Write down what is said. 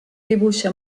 dibuixa